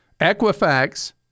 Equifax